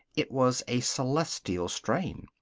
it was a celestial strain.